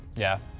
yeah.